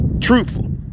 Truthful